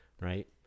right